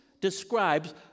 describes